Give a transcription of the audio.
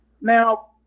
now